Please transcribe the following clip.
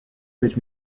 пять